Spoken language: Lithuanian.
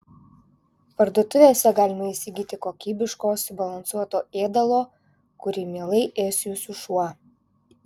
parduotuvėse galima įsigyti kokybiško subalansuoto ėdalo kurį mielai ės jūsų šuo